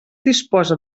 disposa